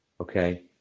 Okay